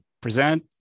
present